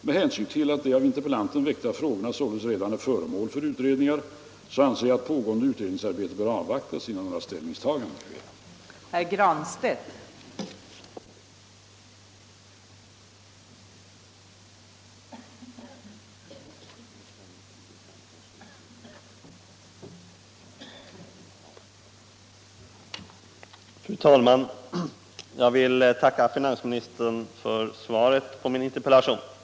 Med hänsyn till att de av interpellanten väckta frågorna således redan är föremål för utredningar anser jag att pågående utredningsarbete bör avvaktas innan några ställningstaganden sker.